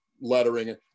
lettering